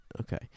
Okay